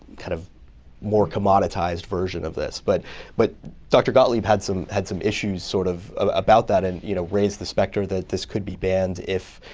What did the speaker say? kind of more commoditized version of this. but but dr. gottlieb had some had some issues sort of about that and you know raised the specter that this could be banned if